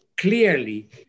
clearly